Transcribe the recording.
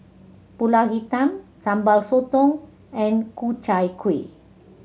Pulut Hitam Sambal Sotong and Ku Chai Kueh